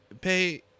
pay